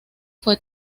fue